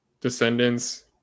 Descendants